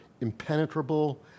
impenetrable